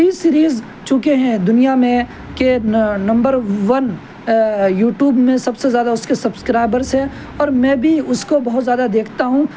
T series چونکہ ہیں دنیا میں کے نمبر ون یوٹیوب میں سب سے زیادہ اس کے سبسکرائبرس ہیں اور میں بھی اس کو بہت زیادہ دیکھتا ہوں